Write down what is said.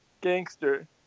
gangster